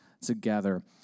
together